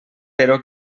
però